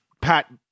Pat